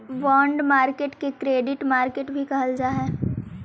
bond market के credit market भी कहल जा हइ